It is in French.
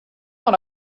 dans